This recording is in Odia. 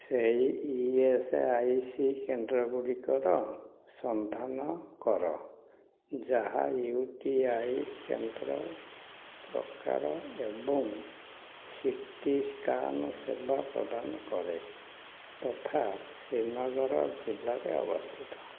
ସେହି ଇଏସ୍ଆଇସି କେନ୍ଦ୍ରଗୁଡ଼ିକର ସନ୍ଧାନ କର ଯାହା ୟୁଟିଆଇ କେନ୍ଦ୍ର ପ୍ରକାର ଏବଂ ସିଟି ସ୍କାନ ସେବା ପ୍ରଦାନ କରେ ତଥା ଶ୍ରୀନଗର ଜିଲ୍ଲାରେ ଅବସ୍ଥିତ